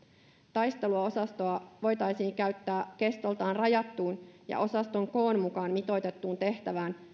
taisteluosastoa voitaisiin käyttää kestoltaan rajattuun ja osaston koon mukaan mitoitettuun tehtävään